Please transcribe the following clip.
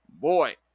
Boy